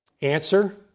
Answer